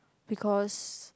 because